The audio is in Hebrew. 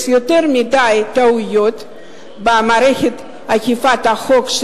יש יותר מדי טעויות במערכת אכיפת החוק,